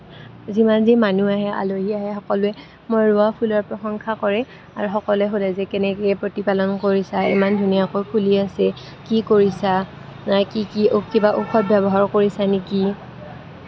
যিমান যি মানুহ আহে আলহী আহে সকলোৱে মই ৰোৱা ফুলৰ প্ৰশংসা কৰে আৰু সকলোৱে সুধে যে কেনেকে প্ৰতিপালন কৰিছা ইমান ধুনীয়াকৈ ফুলি আছে কি কৰিছা কি কি কিবা ঔষধ ব্যৱহাৰ কৰিছা নেকি